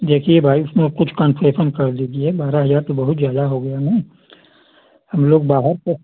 देखिए भाई उसमें कुछ कन्सेसन कर दीजिए बारह हज़ार तो बहुत ज़्यादा हो गया ना हम लोग बाहर से